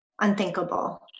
unthinkable